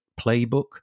playbook